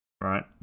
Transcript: Right